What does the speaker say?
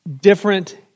Different